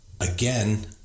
again